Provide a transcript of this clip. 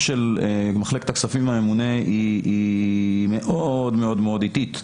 של מחלקת הכספים בממונה היא מאוד מאוד איטית.